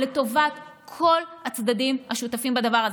לטובת כל הצדדים השותפים בדבר הזה.